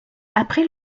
après